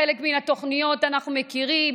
חלק מן התוכניות אנחנו מכירים.